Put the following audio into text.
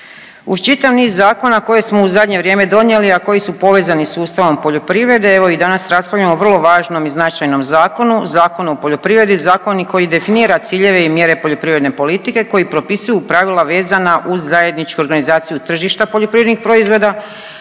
Uz čitav niz zakona koje smo u zadnje vrijeme donijeli, a koji su povezani sustavom poljoprivrede evo i danas raspravljamo o vrlo važnom i značajnom zakonu, Zakonu o poljoprivredi, zakon koji definira ciljeve i mjere poljoprivredne politike koji propisuju pravila vezana uz zajedničku organizaciju tržišta poljoprivrednih proizvoda,